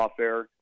lawfare